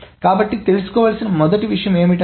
కాబట్టి తెలుసుకోవాల్సిన మొదటి విషయం ఏమిటంటే